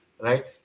right